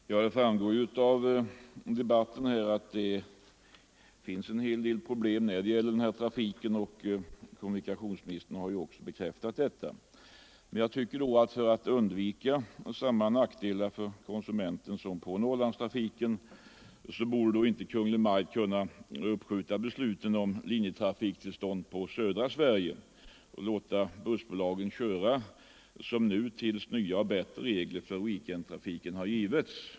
Herr talman! Det framgår ju av debatten att det finns en hel del problem = linjetrafik när det gäller denna trafik, och kommunikationsministern har också bekräftat detta. Jag tycker att Kungl. Maj:t — för att undvika de nackdelar för konsumenten som uppstått på Norrlandstrafiken — borde kunna uppskjuta beslutet om linjetrafiktillstånd på södra Sverige och låta bussbolagen köra som nu tills nya och bättre regler för weekendtrafiken har fastställts.